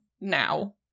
now